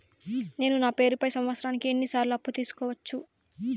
నేను నా పేరుపై సంవత్సరానికి ఎన్ని సార్లు అప్పు తీసుకోవచ్చు?